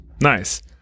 nice